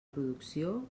producció